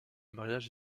mariage